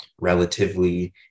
relatively